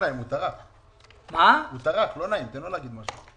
להגיע לכאן, תן לו להגיד משהו.